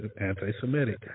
anti-Semitic